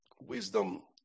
Wisdom